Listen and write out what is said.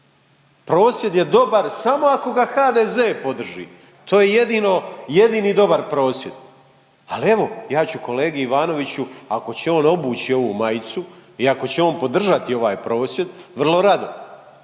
Prosvjed je dobar samo ako ga HDZ podrži, to je jedino, jedini dobar prosvjed. Ali evo, ja ću kolegi Ivanoviću ako će on obući ovu majicu i ako će on podržati ovaj prosvjed vrlo rado.